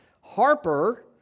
Harper